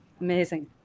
amazing